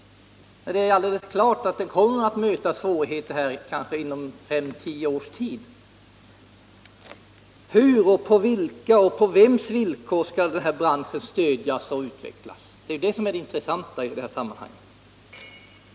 Det är alldeles klart att denna industri kommer att möta svårigheter, kanske inom fem å tio års tid. Hur och på vems villkor skall branschen stödjas och utvecklas? Det är ju detta som är det intressanta i sammanhanget.